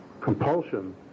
compulsion